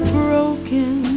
broken